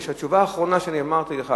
התשובה האחרונה שאמרתי לך,